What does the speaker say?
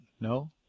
no